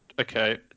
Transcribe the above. okay